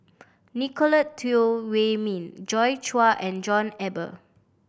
Nicolette Teo Wei Min Joi Chua and John Eber